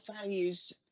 values